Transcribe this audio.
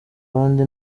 abandi